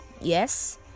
Yes